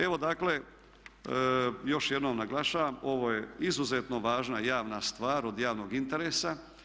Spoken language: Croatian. Evo dakle, još jednom naglašavam ovo je izuzetno važna javna stvar od javnog interesa.